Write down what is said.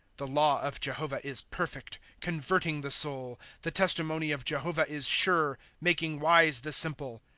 the law of jehovah is perfect, converting the soul the testimony of jehovah is sure, making wise the simple.